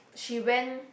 she went